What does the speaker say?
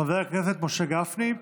חבר הכנסת משה גפני,